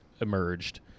emerged